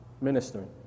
ministering